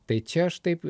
tai čia aš taip